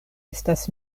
estas